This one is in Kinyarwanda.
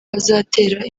bazatera